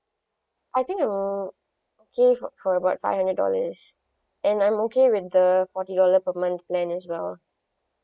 I think mm okay for for about five hundred dollars and I'm okay with the forty dollar per month plan as well